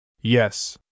Yes